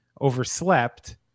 overslept